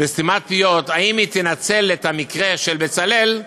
וסתימת פיות, האם היא תנצל את המקרה של "בצלאל"